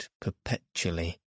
perpetually